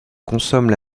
consomment